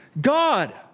God